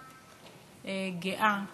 גאה,